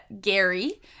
Gary